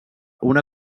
una